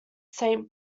saint